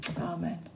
Amen